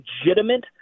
legitimate